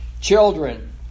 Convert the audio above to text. Children